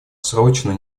срочно